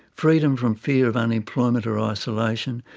freedom from fear of unemployment or ah isolation,